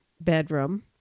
bedroom